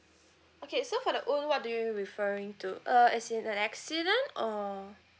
okay so for the own what do you referring to uh as in an accident or